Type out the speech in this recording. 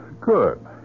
Good